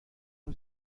اون